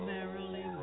Merrily